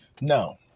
no